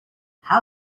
how